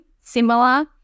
similar